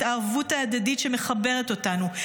את הערבות ההדדית שמחברת אותנו.